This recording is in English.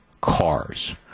cars